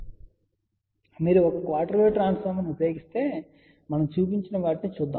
కాబట్టి మీరు ఒక క్వార్టర్ వేవ్ ట్రాన్స్ఫార్మర్ను ఉపయోగిస్తే కాబట్టి మనం చూపించిన వాటిని చూద్దాం